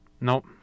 nope